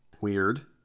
Weird